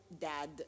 dad